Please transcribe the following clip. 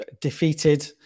Defeated